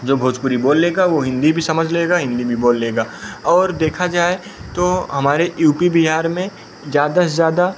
जो भोजपुरी बोल लेगा वो हिंदी भी समझ लेगा हिंदी भी बोल लेगा और देखा जाए तो हमारे यू पी बिहार में ज़्यादा से ज़्यादा